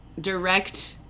direct